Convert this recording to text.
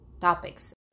topics